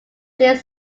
these